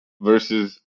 versus